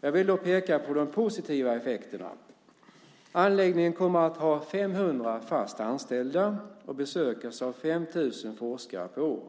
Jag vill peka på de positiva effekterna. Anläggningen kommer att ha 500 fast anställda och besökas av 5 000 forskare per år.